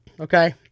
okay